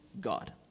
God